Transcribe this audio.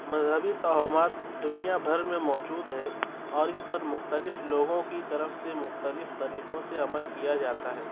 مذہبی توہمات دنیا بھر میں موجود ہیں اور ان پر مختلف لوگوں کی طرف سے مختلف طریقوں سے عمل کیا جاتا ہے